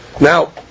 Now